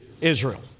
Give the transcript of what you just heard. Israel